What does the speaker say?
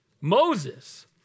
Moses